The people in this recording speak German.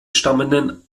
stammenden